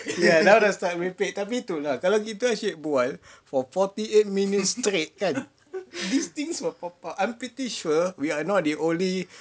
ya now dah start merepek tapi tu lah kalau kita asyik berbual for forty eight minutes straight kan these things will pop up I'm pretty sure we are not the only